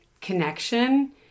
connection